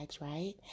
right